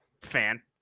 fan